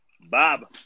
Bob